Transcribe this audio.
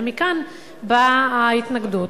ומכאן באה ההתנגדות.